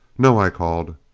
no, i called.